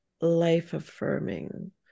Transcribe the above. life-affirming